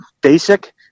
basic